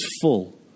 full